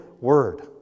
word